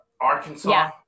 Arkansas